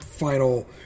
final